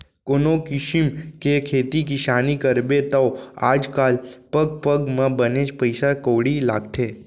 कोनों किसिम के खेती किसानी करबे तौ आज काल पग पग म बनेच पइसा कउड़ी लागथे